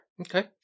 Okay